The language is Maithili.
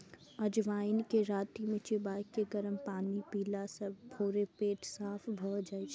अजवाइन कें राति मे चिबाके गरम पानि पीला सं भोरे पेट साफ भए जाइ छै